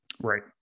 Right